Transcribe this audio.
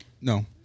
No